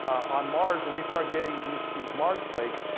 on mars, when we start getting these these mars plates,